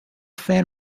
fan